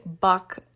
buck